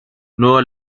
nuevo